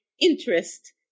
interest